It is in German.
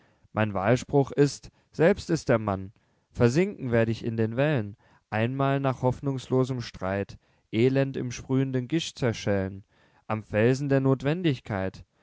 mein wahlspruch ist selbst ist der mann versinken werd ich in den wellen einmal nach hoffnungslosem streit elend im sprüh'nden gischt zerschellen am felsen der nothwendigkeit